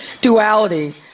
duality